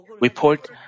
report